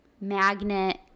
magnet